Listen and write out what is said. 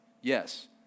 Yes